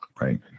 right